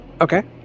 Okay